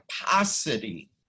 capacity